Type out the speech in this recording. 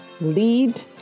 Lead